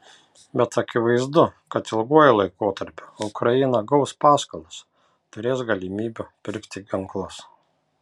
bet akivaizdu kad ilguoju laikotarpiu ukraina gaus paskolas turės galimybių pirkti ginklus